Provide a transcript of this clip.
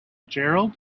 gerald